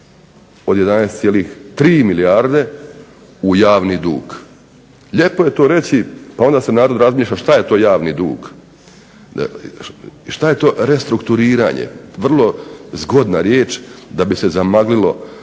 od 11,3 milijarde u javni dug. Lijepo je to reći, a onda se narod razmišlja šta je to javni dug. Šta je to restrukturiranje? Vrlo zgodna riječ da bi se zamaglilo